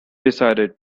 decided